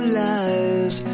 lies